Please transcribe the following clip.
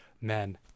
men